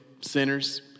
sinners